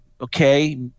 okay